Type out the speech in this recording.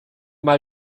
mal